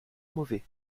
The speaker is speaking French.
mauvais